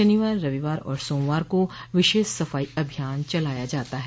शनिवार रविवार और सोमवार को विशेष सफाई अभियान चलाया जाता है